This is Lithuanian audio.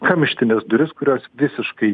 kamštines duris kurios visiškai